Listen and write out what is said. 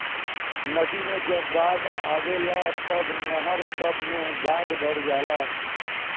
नदी मे जब बाढ़ आवेला तब नहर सभ मे गाद भर जाला